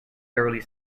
thoroughly